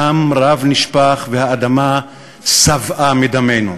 דם רב נשפך והאדמה שבעה מדמנו.